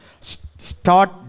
Start